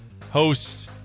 hosts